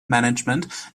management